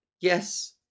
Yes